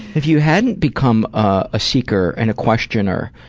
if you hadn't become a seeker and a questioner.